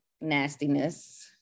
nastiness